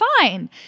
fine